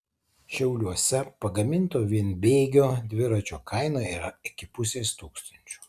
šiauliuose pagaminto vienbėgio dviračio kaina yra iki pusės tūkstančio